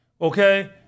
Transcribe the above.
Okay